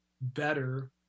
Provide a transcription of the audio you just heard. better